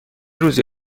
روزی